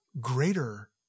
greater